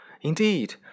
Indeed